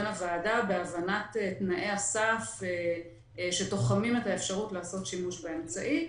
הוועדה בהבנת תנאי הסף שתוחמים את האפשרות לעשות שימוש באמצעי.